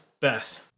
Beth